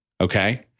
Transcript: Okay